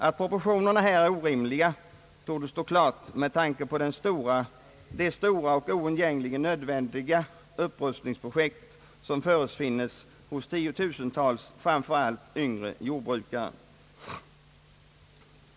Att proportionerna här är orimliga torde stå klart med tanke på de stora och oundgängligen nödvändiga upprustningsprojekt som förefinns hos tiotusentals framför allt yngre jordbrukare.